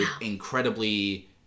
incredibly